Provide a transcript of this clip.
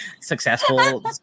successful